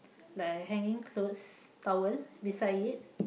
like a hanging clothes towel beside it